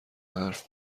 حرف